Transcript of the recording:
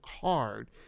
hard